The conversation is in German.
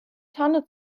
tanne